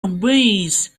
obeys